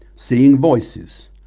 seeing voices,